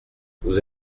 vous